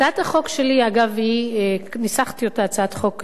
הצעת החוק שלי, אגב, ניסחתי אותה, הצעת חוק דומה,